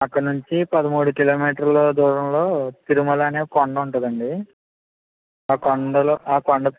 అక్కడ నుంచి పదమూడు కిలోమీటర్ల దూరంలో తిరుమల అని ఒక కొండ ఉంటుందండీ ఆ కొండలో ఆ కొండ